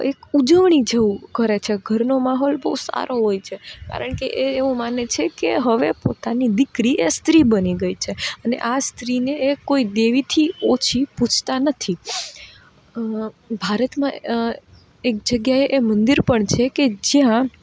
એક ઉજવણી જેવું કરે છે ઘરનો માહોલ બહુ સારો હોય છે કારણ કે એ એવું માને છે કે હવે પોતાની દીકરી સ્ત્રી બની ગઈ છે અને આ સ્ત્રીને એ કોઈ દેવીથી ઓછી પૂજતા નથી ભારતમાં એક જગ્યાએ મંદિર પણ છે કે જ્યાં